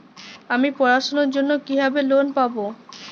আমি পড়াশোনার জন্য কিভাবে লোন পাব?